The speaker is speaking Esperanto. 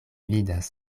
vidas